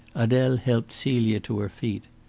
adele helped celia to her feet.